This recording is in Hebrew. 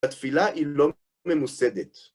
התפילה היא לא ממוסדת.